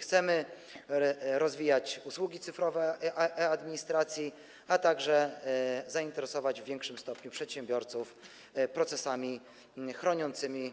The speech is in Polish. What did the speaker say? Chcemy rozwijać usługi cyfrowe e-administracji, a także zainteresować w większym stopniu przedsiębiorców procesami chroniącymi